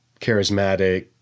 charismatic